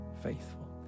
faithful